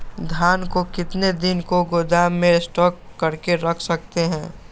धान को कितने दिन को गोदाम में स्टॉक करके रख सकते हैँ?